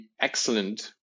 excellent